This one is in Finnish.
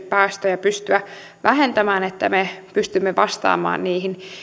päästöjä pystyä vähentämään että me pystymme vastaamaan niihin